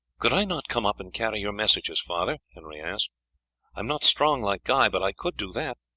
could i not come up and carry your messages, father? henry asked i am not strong like guy, but i could do that.